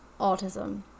autism